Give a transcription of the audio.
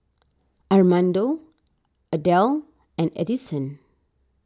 Armando Adell and Addison